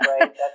right